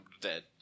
dead